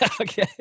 Okay